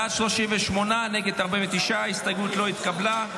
בעד, 38, נגד, 49. ההסתייגות לא התקבלה.